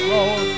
Lord